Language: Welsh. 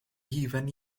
hufen